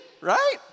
Right